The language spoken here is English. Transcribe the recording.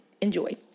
Enjoy